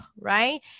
right